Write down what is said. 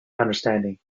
understanding